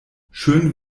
schön